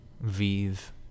Vive